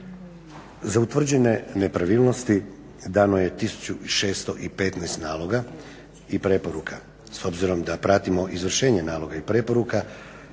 Za utvrđene nepravilnosti dano je 1615 naloga i preporuka. S obzirom da pratimo izvršenje naloga i preporuka